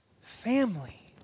family